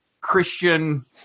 Christian